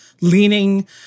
leaning